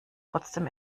trotzdem